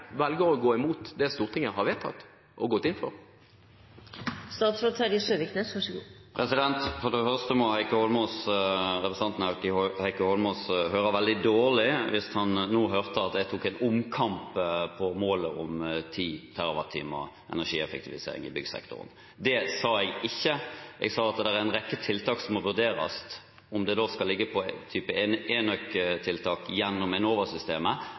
velger å gå imot de Stortinget har vedtatt og gått inn for? For det første må representanten Heikki Eidsvoll Holmås høre veldig dårlig hvis han nå hørte at jeg tok en omkamp på målet om 10 TWh energieffektivisering i byggsektoren. Det sa jeg ikke. Jeg sa at det er en rekke tiltak som må vurderes – om det skal være av typen enøktiltak gjennom